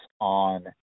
on